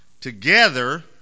together